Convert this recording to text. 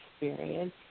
experience